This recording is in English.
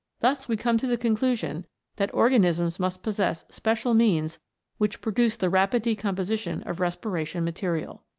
thus we come to the conclusion that organisms must possess special means which produce the rapid decomposition of respiration material.